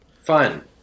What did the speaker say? Fun